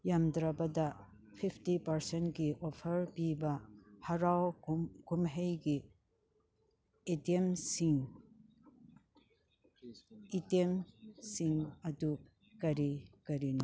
ꯌꯥꯝꯗ꯭ꯔꯕꯗ ꯐꯤꯞꯇꯤ ꯄꯥꯔꯁꯦꯟꯒꯤ ꯑꯣꯐꯔ ꯄꯤꯕ ꯍꯔꯥꯎ ꯀꯨꯝꯍꯩꯒꯤ ꯑꯥꯏꯇꯦꯝꯁꯤꯡ ꯑꯥꯏꯇꯦꯝꯁꯤꯡ ꯑꯗꯨ ꯀꯔꯤ ꯀꯔꯤꯅꯣ